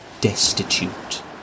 destitute